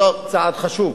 צעד חשוב.